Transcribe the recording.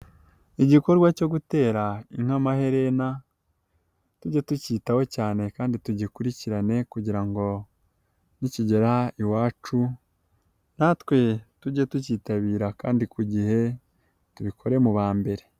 Igikorwa cyo gutera inka amaherena, tujye tucyitaho cyane kandi tugikurikirane kugira ngo ni kigera iwacu, natwe tujye tucyitabira kandi ku gihe, tubikore mu ba mbere.